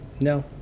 no